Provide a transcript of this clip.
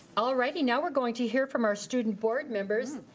alrighty, now were going to hear from our student board members.